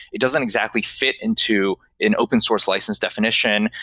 it doesn't exactly fit into an open source license definition,